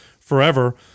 forever